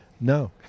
No